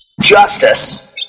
justice